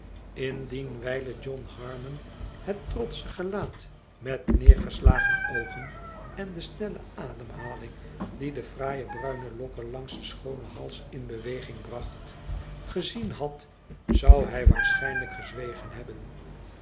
indien wijlen john harmon het trotsche gelaat met neergeslagen oogen en de snelle ademhaling die de fraaie bruine lokken langs den schoonen hals in beweging bracht gezien had zou hij waarschijnlijk gezwegen hebben